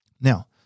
Now